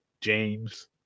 James